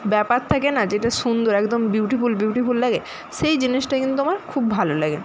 ব্যাপার থাকে না যেটা সুন্দর একদম বিউটিফুল বিউটিফুল লাগে সেই জিনিসটা কিন্তু আমার খুব ভালো লাগে